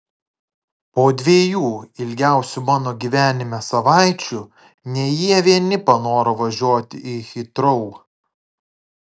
po dviejų ilgiausių mano gyvenime savaičių ne jie vieni panoro važiuoti į hitrou